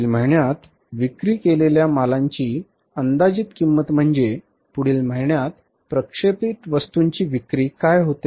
पुढील महिन्यात विक्री केलेल्या मालाची अंदाजित किंमत म्हणजे पुढील महिन्यात प्रक्षेपित वस्तूंची विक्री काय होते